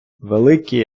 великий